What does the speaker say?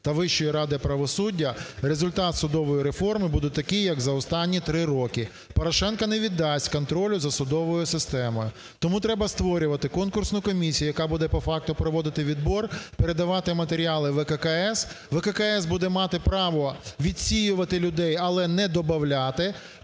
та Вищої ради правосуддя, результат судової реформи буде такий, як за останні 3 роки, Порошенко не віддасть контролю за судовою системою. Тому треба створювати конкурсну комісію, яка буде по факту проводити відбір, передавати матеріали в ВККС, ВККС буде мати право відсіювати людей, але не добавляти.